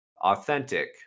authentic